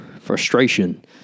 frustration